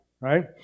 right